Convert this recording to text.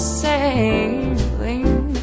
sailing